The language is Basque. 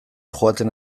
joaten